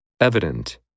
Evident